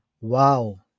wow